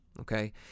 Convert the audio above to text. okay